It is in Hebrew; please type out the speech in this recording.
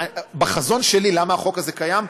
בחזון שלי, למה החוק הזה קיים?